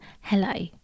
Hello